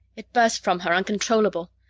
it burst from her, uncontrollable.